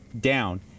down